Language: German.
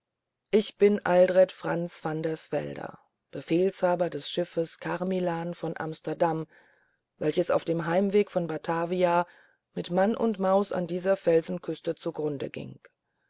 ich bin aldret franz van der swelder befehlshaber des schiffes carmilhan von amsterdam welches auf dem heimwege von batavia mit mann und maus an dieser felsenküste zu grunde ging